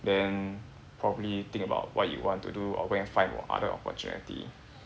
then probably think about what you want to do or go and find other opportunity